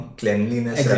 cleanliness